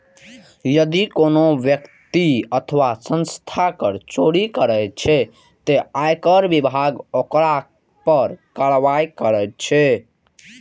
यदि कोनो व्यक्ति अथवा संस्था कर चोरी करै छै, ते आयकर विभाग ओकरा पर कार्रवाई करै छै